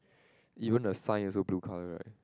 even the sign also blue colour right